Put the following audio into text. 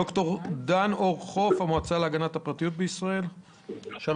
דן אור-חוף, מהמועצה להגנת הפרטיות בישראל, בבקשה.